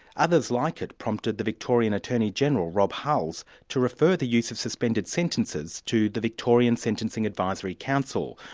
other like it prompted the victorian attorney-general, rob hulls, to refer the use of suspended sentences to the victorian sentencing advisory council,